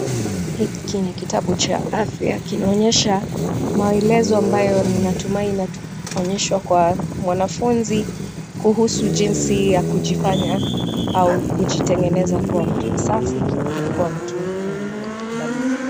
Hiki ni kitabu cha afya, kinaonyesha maelezo ambayo ninatumai inaonyeshwa kwa mwanafunzi kuhusu jinsi ya kujifanya au kujitengeneza kuwa mtu msafi na kuwa mtu mwenye amejikubali.